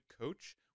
coach